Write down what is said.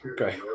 okay